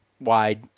wide